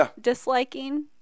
disliking